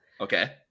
Okay